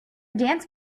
dance